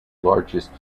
largest